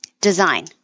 design